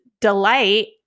delight